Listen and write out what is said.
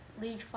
league